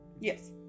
Yes